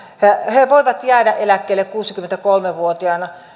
he voivat jäädä eläkkeelle kuusikymmentäkolme vuotiaana